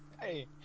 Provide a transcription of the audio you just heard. Hey